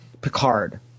Picard